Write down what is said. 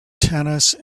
tennis